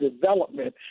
development